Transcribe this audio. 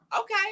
okay